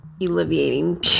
alleviating